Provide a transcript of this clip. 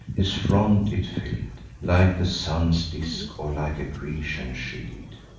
his front it fill'd, like the sun's disk or like a grecian shield.